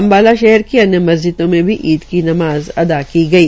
अम्बाला शहर की अन्य मस्जिदों में भी ईद की नमाज़ अदा की गई